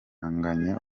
anganya